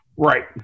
Right